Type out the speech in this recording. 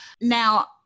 Now